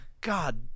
god